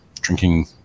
drinking